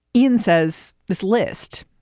ian says this list,